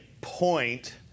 point